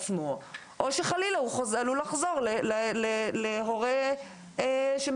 או שחלילה הוא עלול לחזור להורה מתעלל.